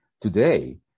Today